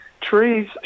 trees